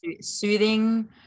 soothing